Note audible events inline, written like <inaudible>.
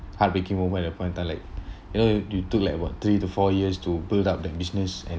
heartbreaking moment that point of time like <breath> you know you took like what three to four years to build up their business and